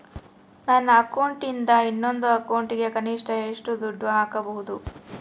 ನನ್ನ ಅಕೌಂಟಿಂದ ಇನ್ನೊಂದು ಅಕೌಂಟಿಗೆ ಕನಿಷ್ಟ ಎಷ್ಟು ದುಡ್ಡು ಹಾಕಬಹುದು?